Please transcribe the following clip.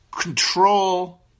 control